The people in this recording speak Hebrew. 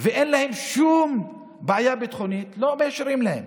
אנשים שאין להם שום בעיה ביטחונית, לא מאשרים להם.